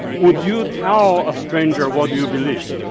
would you tell a stranger what you believe?